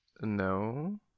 No